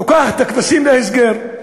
לוקחת את הכבשים להסגר.